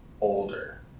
older